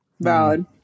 valid